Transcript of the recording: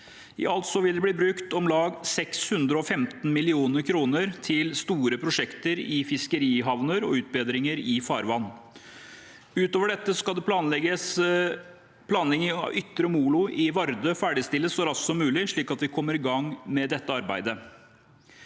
I alt vil det bli brukt om lag 615 mill. kr til store prosjekter i fiskerihavner og utbedringer i farvann. Utover dette skal planleggingen av ytre molo i Vardø ferdigstilles så raskt som mulig, slik at vi kommer i gang med dette arbeidet.